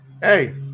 Hey